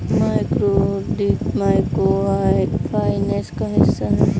microcredit micro finance का हिस्सा है